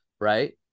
right